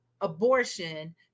abortion